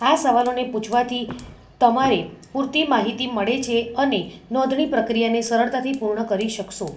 આ સવાલોને પૂછવાથી તમારે પૂરતી માહિતી મળે છે અને નોંધણી પ્રક્રિયાને સરળતાથી પૂર્ણ કરી શકશો